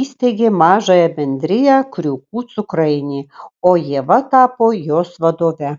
įsteigė mažąją bendriją kriūkų cukrainė o ieva tapo jos vadove